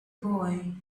boy